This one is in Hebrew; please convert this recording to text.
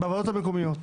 בוועדות המקומיות.